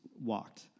walked